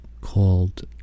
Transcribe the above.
called